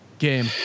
Game